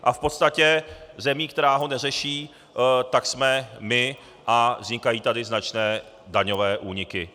V podstatě zemí, která ho neřeší, jsme my a vznikají tady značné daňové úniky.